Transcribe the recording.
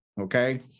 okay